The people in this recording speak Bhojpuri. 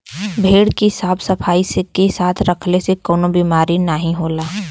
भेड़ के साफ सफाई के साथे रखले से कउनो बिमारी नाहीं होला